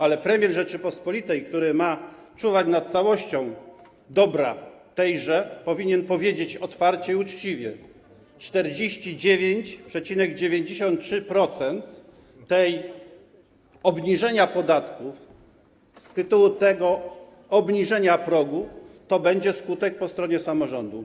Ale premier Rzeczypospolitej, który ma czuwać nad całością dobra tejże, powinien powiedzieć otwarcie i uczciwie: 49,93%, obniżenia podatków z tytułu tego obniżenia progu to będzie skutek po stronie samorządu.